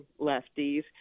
lefties